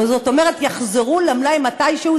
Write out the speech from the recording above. זאת אומרת יחזרו למלאי מתישהו,